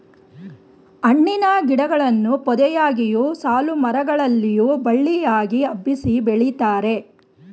ಹಣ್ಣಿನ ಗಿಡಗಳನ್ನು ಪೊದೆಯಾಗಿಯು, ಸಾಲುಮರ ಗಳಲ್ಲಿಯೂ ಬಳ್ಳಿಯಾಗಿ ಹಬ್ಬಿಸಿ ಬೆಳಿತಾರೆ